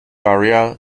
barrier